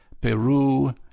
Peru